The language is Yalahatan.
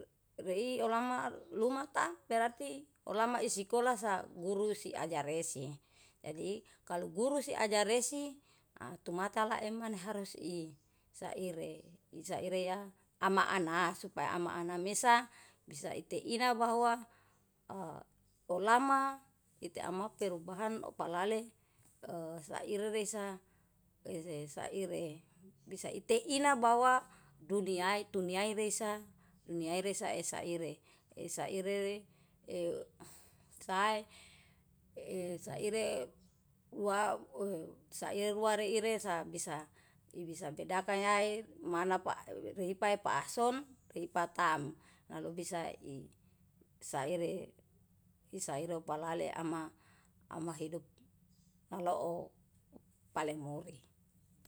Rei olama lumata berarti olama isikola saguru si ajaresi, jadi kalu guru si ajaresi a tumata lae maneh harus i saire. I saire ya ama ana supaya ama ana mesa bisa ite ina bahwa a olama ite amak perubahan palale e saire resa e saire bisa teina bahwa dunia itu tuniai resa, tuniai resa isaire. Isaire re e sae saire wa saire rua rei ire sabisa ibisa bedakan yae mana pa repipae pahso repitam. Lalu bisa i saire saire palale ama hidup naloo palemuri.